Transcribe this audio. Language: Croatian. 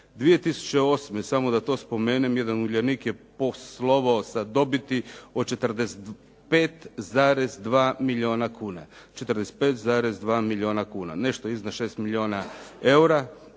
2008. samo da to spomen jedan "Uljanik" je poslovao sa dobiti od 45,2 milijuna kuna. 45,2 milijuna kuna, nešto iznad 6 milijuna eura.